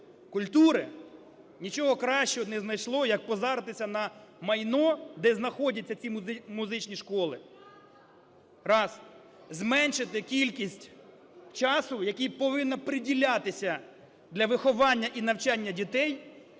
культури нічого кращого не знайшло, як позаритися на майно, де знаходяться ці музичні школи – раз; зменшити кількість часу, який повинен приділятися для виховання і навчання дітей;